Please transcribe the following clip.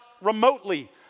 remotely